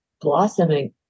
blossoming